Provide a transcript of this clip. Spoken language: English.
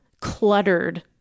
cluttered